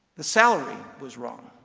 the salary was wrong.